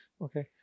Okay